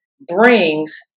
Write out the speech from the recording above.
brings